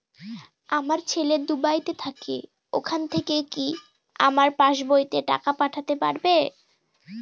আমার ছেলে দুবাইতে থাকে ওখান থেকে কি আমার পাসবইতে টাকা পাঠাতে পারবে?